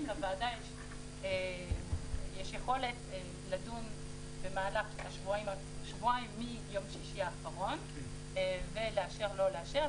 לוועדה יש יכולת לדון במשך שבועיים מיום שישי האחרון ולאשר או לא לאשר,